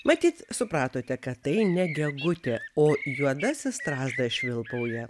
matyt supratote kad tai ne gegutė o juodasis strazdas švilpauja